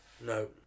No